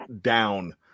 down